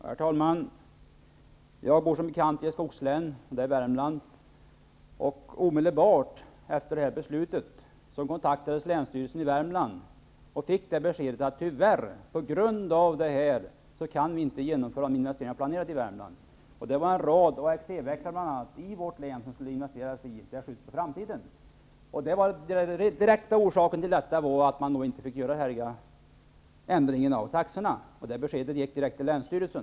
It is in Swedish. Herr talman! Jag bor som bekant i ett skogslän, Värmland. Omedelbart efter det här beslutet kontaktades länsstyrelsen i Värmland, som fick beskedet att det tyvärr på grund av beslutet inte går att genomföra planerade investeringar i Värmland. Det var en rad företag som skulle investera i vårt län -- vi skulle bl.a. få AXE-växlar -- men allt sköts upp till framtiden. Den direkta orsaken till detta var att man inte fick ändra taxorna. Det beskedet gick direkt till länsstyrelsen.